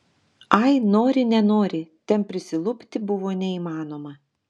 ai nori nenori ten prisilupti buvo neįmanoma